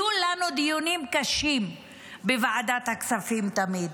היו לנו דיונים קשים בוועדת הכספים, תמיד,